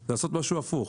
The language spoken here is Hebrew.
זה לעשות משהו הפוך.